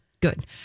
Good